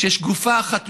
כשיש גופה אחת